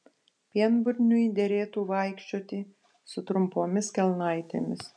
pienburniui derėtų vaikščioti su trumpomis kelnaitėmis